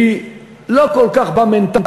שהיא לא כל כך במנטליות,